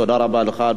תודה רבה לך,